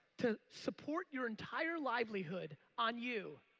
to support your entire livelihood on you,